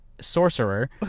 Sorcerer